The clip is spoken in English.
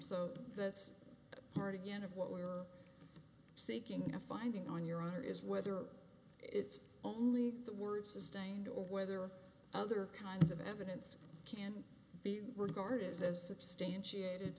so that's hard again of what we are seeking a finding on your honor is whether it's only the word sustained or whether other kinds of evidence can be regarded as substantiated